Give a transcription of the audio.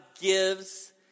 gives